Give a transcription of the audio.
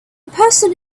person